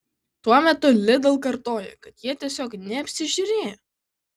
tuo metu lidl kartoja kad jie tiesiog neapsižiūrėjo